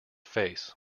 face